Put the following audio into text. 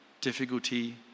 difficulty